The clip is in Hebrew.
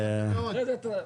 אבירי זכויות האדם,